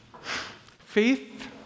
Faith